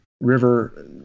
river